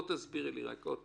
תסבירי לי עוד פעם.